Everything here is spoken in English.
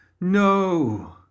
No